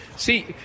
See